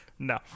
No